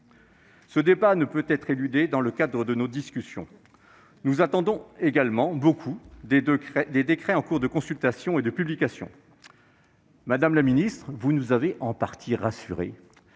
Ce débat ne peut être éludé dans le cadre de nos discussions. Nous attendons également beaucoup des décrets en cours de consultation et de publication. Madame la secrétaire d'État, vous nous avez en partie rassurés,